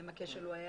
האם הכשל היה